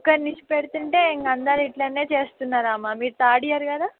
ఒక్కర్నిష్ పెడుతుంటే ఇంక అందరు ఇట్లనే చేస్తున్నారు అమ్మా మీరు థర్డ్ ఇయర్ కదా